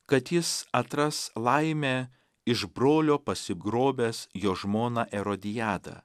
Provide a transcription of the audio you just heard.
kad jis atras laimę iš brolio pasigrobęs jo žmoną erodiadą